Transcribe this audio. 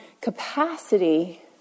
capacity